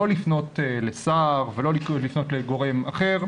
לא לפנות לשר ולא לפנות לגורם אחר,